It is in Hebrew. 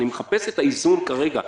אני מחפש את האיזון כרגע.